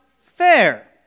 fair